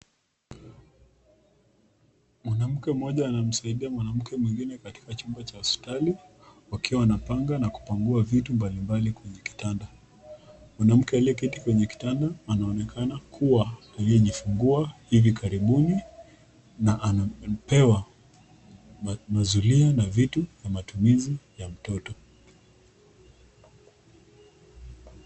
Mwanamke mmoja anamsaidia mwanamke mwengine katika chumba cha hospitali, wakiwa wanapanga na kupangua vitu mbalimbali kwenye kitanda. Mwanamke aliyeketi kwenye kitanda anaonekana kuwa aliyejifungua hivi karibuni na anapewa, mazulia na vitu vya matumizi ya mtoto.